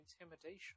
intimidation